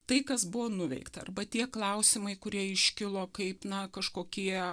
tai kas buvo nuveikta arba tie klausimai kurie iškilo kaip na kažkokie